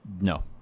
no